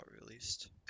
released